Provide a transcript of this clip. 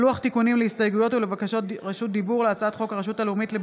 לוח תיקונים להסתייגויות ולבקשות רשות דיבור להצעת